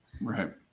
Right